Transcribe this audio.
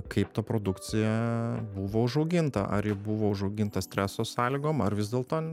kaip ta produkcija buvo užauginta ar ji buvo užauginta streso sąlygom ar vis dėlto